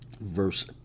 verse